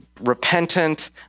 repentant